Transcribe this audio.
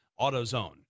AutoZone